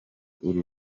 uru